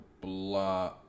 blah